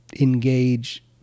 engage